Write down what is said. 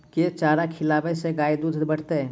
केँ चारा खिलाबै सँ गाय दुध बढ़तै?